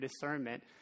discernment